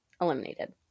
eliminated